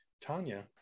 Tanya